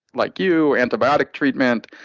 like you, antibiotic treatment.